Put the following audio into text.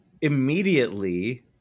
immediately